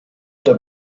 der